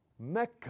Mecca